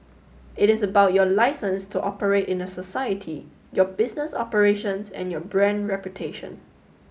it is about your licence to operate in a society your business operations and your brand reputation